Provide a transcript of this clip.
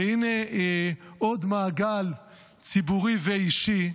והינה עוד מעגל ציבורי ואישי נסגר.